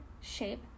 shape